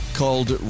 called